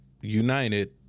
United